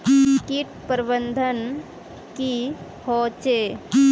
किट प्रबन्धन की होचे?